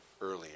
earlier